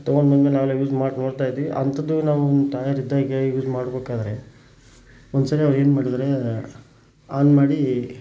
ತೊಗೊಂಡ್ಬಂದ್ಮೇಲೆ ನಾವೆಲ್ಲ ಯೂಸ್ ಮಾಡಿ ನೋಡ್ತಾಯಿದ್ವಿ ಅಂಥದ್ದು ನಮ್ಮ ತಾಯವ್ರಿದ್ದಾಗ ಯೂಸ್ ಮಾಡಬೇಕಾದ್ರೆ ಒಂದ್ಸರಿ ಅವ್ರು ಏನು ಮಾಡಿದ್ರು ಆನ್ ಮಾಡಿ